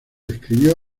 escribió